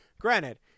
granted